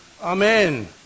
Amen